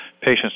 patients